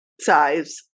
size